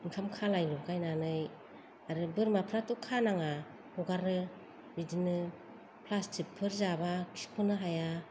ओंखाम खालाय लगायनानै आरो बोरमाफ्राथ' खानाङा हगारो बिदिनो प्लासटिकफोर जाबा खिख'नो हाया